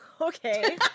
Okay